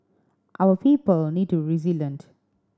our people need to resilient